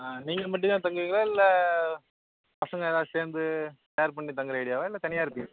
ஆ நீங்கள் மட்டும்தான் தங்குவீங்களா பசங்க எல்லாரும் சேர்ந்து ஷேர் பண்ணி தங்குகிற ஐடியாவா இல்லை தனியாக இருப்பீங்களா